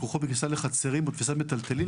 הכרוכות בכניסה לחצרים או בתפיסת מיטלטלין,